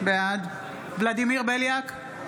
בעד ולדימיר בליאק,